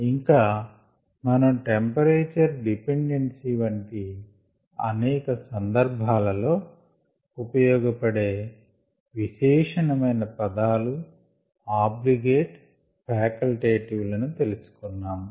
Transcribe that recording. ఇంకా మనం temperature dependency వంటి అనేక సందర్భాలలో ఉపయోగపడే విశేషణమైన పదాలు ఆబ్లిగేట్ ఫ్యాకెల్ టేటివ్ లను తెలిసుకొన్నాము